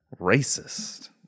racist